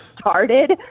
started